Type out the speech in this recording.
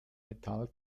metall